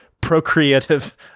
procreative